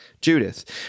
Judith